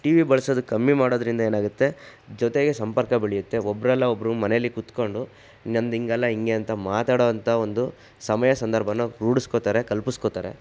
T V ಬಳ್ಸದು ಕಮ್ಮಿ ಮಾಡೋದ್ರಿಂದ ಏನಾಗತ್ತೆ ಜೊತೆಗೆ ಸಂಪರ್ಕ ಬೆಳೆಯುತ್ತೆ ಒಬ್ರಲ್ಲ ಒಬ್ರು ಮನೆಯಲ್ಲಿ ಕೂತ್ಕೊಂಡು ನಂದು ಹೀಗಲ್ಲ ಹೀಗೆ ಅಂತ ಮಾತಾಡೋವಂಥ ಒಂದು ಸಮಯ ಸಂದರ್ಭನ ರೂಢಿಸ್ಕೋತಾರೆ ಕಲ್ಪಿಸ್ಕೋತಾರೆ